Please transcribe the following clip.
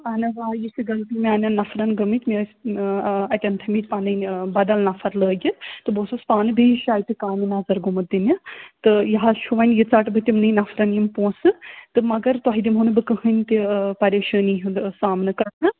اَہَن حَظ آ یہِ چھِ غلطی میٛانٮ۪ن نفرَن گٔمٕتۍ مےٚ ٲسۍ اَتٮ۪ن تھٲومٕتۍ پَنٕنۍ بدَل نَفر لٲگِتھ تہٕ بہٕ اوسُس پانہٕ بیٚیِس شایہِ تہِ کامہِ نظر گوٚمُت دِنہِ تہٕ یہِ حَظ چھُ وۄنۍ یہِ ژٹہٕ بہٕ تِمنٕے نَفرَن یِم پونٛسہٕ تہٕ مگر تۄہہِ دِمہو نہٕ بہٕ کٕہٕنۍ تہِ پریشٲنی ہُنٛد سامنہٕ کَرنہٕ